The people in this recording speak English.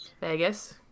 Vegas